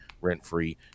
rent-free